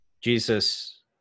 Jesus